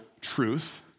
truth